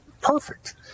Perfect